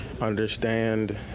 understand